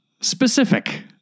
specific